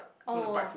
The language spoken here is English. oh